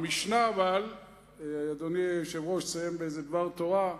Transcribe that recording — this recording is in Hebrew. המשנה, אדוני היושב-ראש, נסיים באיזה דבר תורה,